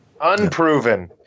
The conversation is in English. Unproven